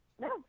No